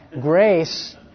grace